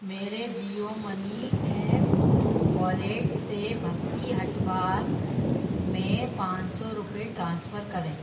मेरे Jio money app wallet से भक्ति हटवाल में पाँच सौ रुपये ट्रांसफ़र करें